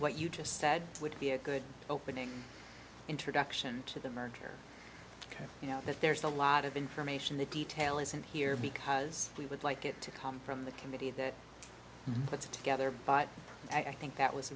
what you just said would be a good opening introduction to the merger you know that there's a lot of information the detail isn't here because we would like it to come from the committee that puts it together but i think that was